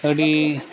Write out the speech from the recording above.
ᱟᱹᱰᱤ